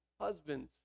husbands